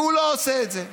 והוא לא עושה את זה.